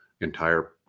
entire